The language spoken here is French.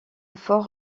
fort